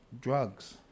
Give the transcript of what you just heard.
Drugs